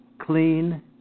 clean